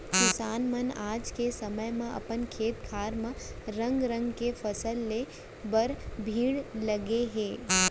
किसान मन आज के समे म अपन खेत खार म रंग रंग के फसल ले बर भीड़ गए हें